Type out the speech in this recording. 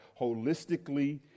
holistically